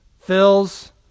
fills